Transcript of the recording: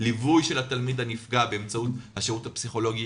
ליווי של התלמיד הנפגע באמצעות השירות הפסיכולוגי